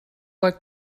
like